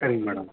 சரிங்க மேடம்